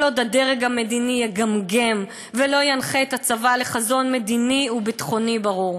כל עוד הדרג המדיני יגמגם ולא ינחה את הצבא לחזון מדיני וביטחוני ברור.